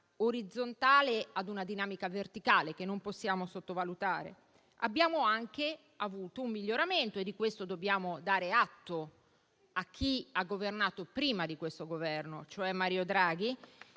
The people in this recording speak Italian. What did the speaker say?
orizzontale ad una dinamica verticale, che non possiamo sottovalutare. Abbiamo anche avuto un miglioramento, di cui dobbiamo dare atto a chi ha governato prima di questo Governo, cioè Mario Draghi,